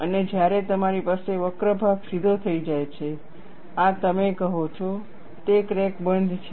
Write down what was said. અને જ્યારે તમારી પાસે વક્ર ભાગ સીધો થઈ જાય છે આ તમે કહો છો તે ક્રેક બંધ છે